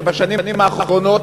כשבימים האחרונים